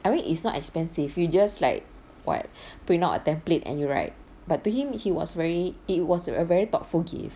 I mean it's not expensive you just like what print out a template and you write but to him he was very it was a very thoughtful gift